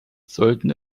sollten